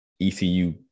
ECU